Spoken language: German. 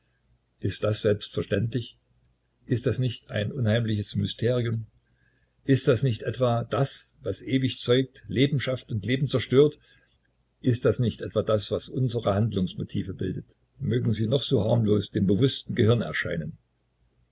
ist das selbstverständlich ist das nicht ein unheimliches mysterium ist das nicht etwa das was ewig zeugt leben schafft und leben zerstört ist das nicht etwa das was unsere handlungsmotive bildet mögen sie noch so harmlos dem bewußten gehirn erscheinen